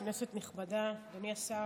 כנסת נכבדה, אדוני השר,